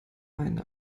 einen